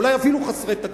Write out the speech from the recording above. אולי אפילו חסרי תקדים.